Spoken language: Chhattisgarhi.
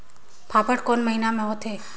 फाफण कोन महीना म होथे?